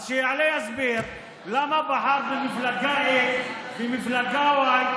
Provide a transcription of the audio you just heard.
אז שיעלה ויסביר למה בחר במפלגה a, במפלגה y,